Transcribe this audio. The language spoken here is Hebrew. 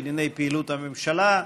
בענייני פעילות הממשלה.